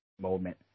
moment